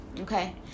okay